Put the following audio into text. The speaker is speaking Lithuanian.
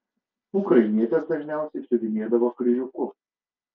ukrainietės dažniausiai siuvinėdavo kryžiuku